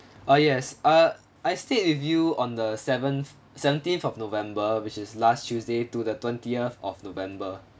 uh yes uh I stayed with you on the seventh seventeenth of november which is last tuesday to the twentieth of november